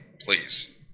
please